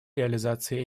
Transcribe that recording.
реализации